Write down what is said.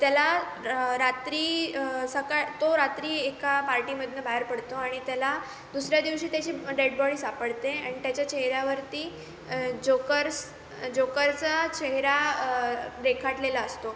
त्याला रात्री सकाळ तो रात्री एका पार्टीमधनं बाहेर पडतो आणि त्याला दुसऱ्या दिवशी त्याची डेड बॉडी सापडते आणि त्याच्या चेहऱ्यावरती जोकर्स जोकरचा चेहरा रेखाटलेला असतो